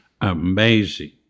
amazing